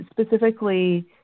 specifically